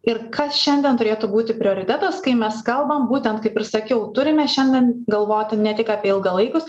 ir kas šiandien turėtų būti prioritetas kai mes kalbam būtent kaip ir sakiau turime šiandien galvoti ne tik apie ilgalaikius